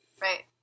Right